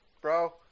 bro